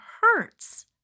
hurts